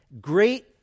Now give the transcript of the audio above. great